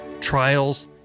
trials